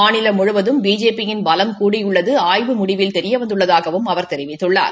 மாநிலம் முழுவதும் பிஜேபி யின் பலம் கூடியுள்ளது ஆய்வு முடிவில் தெரிய வந்துள்ளதாகவும் அவர் தெரிவித்துள்ளார்